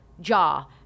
Jaw